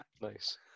Nice